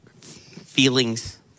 feelings